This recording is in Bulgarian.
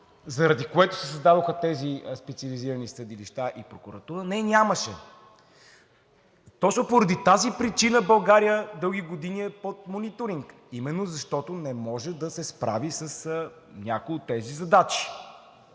заради което се създадоха тези специализирани съдилища и прокуратура? Не, нямаше. Точно поради тази причина България дълги години е под мониторинг – именно защото не може да се справи с някои от тези задачи.